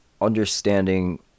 understanding